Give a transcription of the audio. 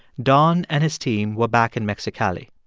don and his team were back in mexicali.